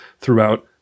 throughout